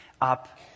up